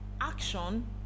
action